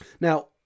Now